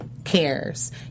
Cares